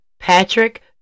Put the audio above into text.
Patrick